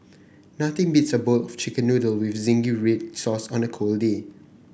nothing beats a bowl of chicken noodle with zingy red sauce on a cold day